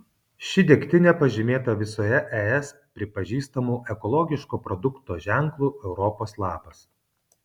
ši degtinė pažymėta visoje es pripažįstamu ekologiško produkto ženklu europos lapas